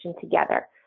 together